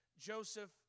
Joseph